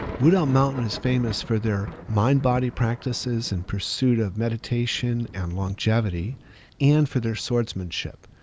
wudang mountain is famous for their mind, body practices and pursuit of meditation and longevity and for their swordsmanship.